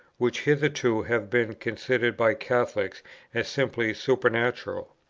which hitherto have been considered by catholics as simply supernatural.